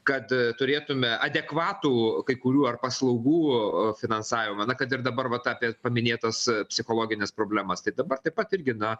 kad turėtume adekvatų kai kurių ar paslaugų finansavimą na kad ir dabar vat apie paminėtas psichologines problemas tai dabar taip pat irgi na